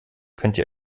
könnte